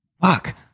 Fuck